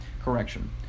correction